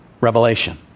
revelation